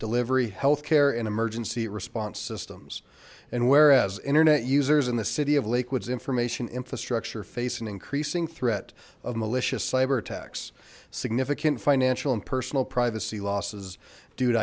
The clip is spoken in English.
delivery health care and emergency response systems and whereas internet users in the city of lake woods information infrastructure faced an increasing threat of malicious cyberattacks significant financial and personal privacy losses du